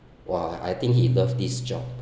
!wah! I think he love this job